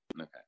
Okay